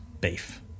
beef